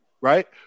right